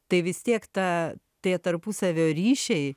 tai vis tiek ta tie tarpusavio ryšiai